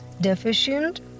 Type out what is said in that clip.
deficient